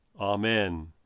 amen